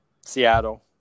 Seattle